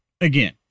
again